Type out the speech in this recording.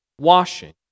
washing